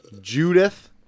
judith